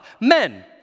men